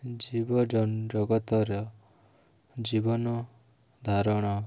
ଜୀବ ଜଗତର ଜୀବନ ଧାରଣ